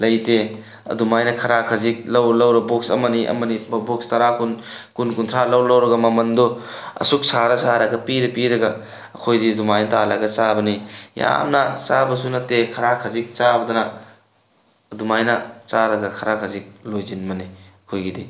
ꯂꯩꯇꯦ ꯑꯗꯨꯃꯥꯏꯅ ꯈꯔ ꯈꯖꯤꯛ ꯂꯧꯔ ꯂꯧꯔ ꯕꯣꯛꯁ ꯑꯃꯅꯤ ꯑꯃꯅꯤ ꯕꯣꯛꯁ ꯇꯔꯥ ꯀꯨꯟ ꯀꯨꯟ ꯀꯨꯟꯊ꯭ꯔꯥ ꯂꯧꯔ ꯂꯧꯔꯒ ꯃꯃꯟꯗꯣ ꯑꯁꯨꯛ ꯁꯥꯔ ꯁꯥꯔꯒ ꯄꯤꯔ ꯄꯤꯔꯒ ꯑꯩꯈꯣꯏꯗꯤ ꯑꯗꯨꯃꯥꯏꯅ ꯇꯥꯜꯂꯒ ꯆꯥꯕꯅꯤ ꯌꯥꯝꯅ ꯆꯥꯕꯁꯨ ꯅꯠꯇꯦ ꯈꯔ ꯈꯖꯤꯛ ꯆꯥꯕꯗꯨꯅ ꯑꯗꯨꯃꯥꯏꯅ ꯆꯥꯔꯒ ꯈꯔ ꯈꯖꯤꯛ ꯂꯣꯏꯁꯤꯟꯕꯅꯤ ꯑꯩꯈꯣꯏꯒꯤꯗꯤ